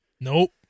nope